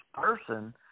person